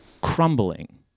Crumbling